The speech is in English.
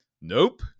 Nope